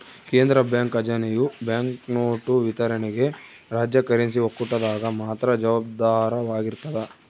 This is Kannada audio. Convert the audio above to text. ಕೇಂದ್ರ ಬ್ಯಾಂಕ್ ಖಜಾನೆಯು ಬ್ಯಾಂಕ್ನೋಟು ವಿತರಣೆಗೆ ರಾಜ್ಯ ಕರೆನ್ಸಿ ಒಕ್ಕೂಟದಾಗ ಮಾತ್ರ ಜವಾಬ್ದಾರವಾಗಿರ್ತದ